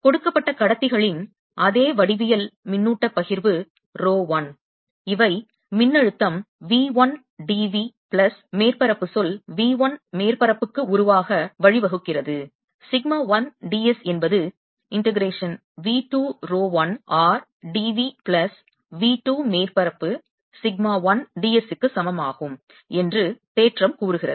கொடுக்கப்பட்ட கடத்திகளின் அதே வடிவியல் மின்னூட்ட ப் பகிர்வு ரோ 1 இவை மின்னழுத்தம் V 1 d V பிளஸ் மேற்பரப்பு சொல் V 1 மேற்பரப்புக்கு உருவாக வழிவகுக்கிறது சிக்மா 1 d s என்பது integration V 2 rho 1 r d V plus V 2 மேற்பரப்பு சிக்மா 1 d s க்கு சமம் ஆகும் என்று தேற்றம் கூறுகிறது